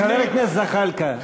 חבר הכנסת זחאלקה,